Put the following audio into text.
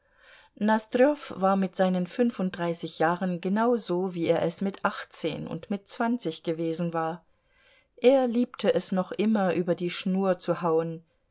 war mit seinen fünfunddreißig jahren genau so wie er es mit achtzehn und mit zwanzig gewesen war er liebte es noch immer über die schnur zu hauen